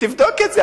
תבדוק את זה.